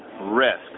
risk